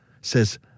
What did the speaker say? says